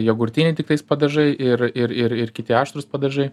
jogurtiniai tiktais padažai ir ir ir ir kiti aštrūs padažai